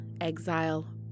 exile